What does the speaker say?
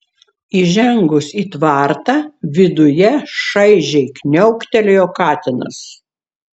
įžengus į tvartą viduje šaižiai kniauktelėjo katinas